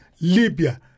Libya